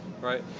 Right